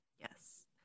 Yes